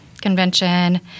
Convention